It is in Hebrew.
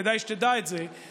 כדאי שתדע את זה,